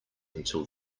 until